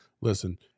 listen